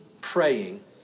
praying